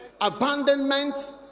abandonment